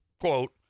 quote